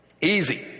easy